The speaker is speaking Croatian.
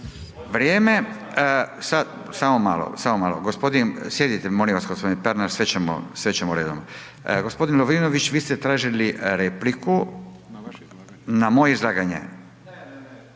vrijeme. Sad, samo malo, samo malo, gospodin, sjedite molim vas gospodine Pernar sve ćemo redom. Gospodin Lovrinović vi ste tražili repliku na moje izlaganje?